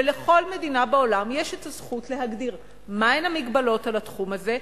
ולכל מדינה בעולם יש הזכות להגדיר מהן המגבלות על התחום הזה.